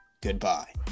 goodbye